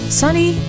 sunny